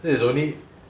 so it's only